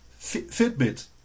Fitbit